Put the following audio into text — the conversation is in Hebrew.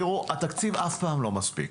תראו, התקציב אף פעם לא מספיק,